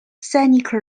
seneca